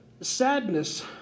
sadness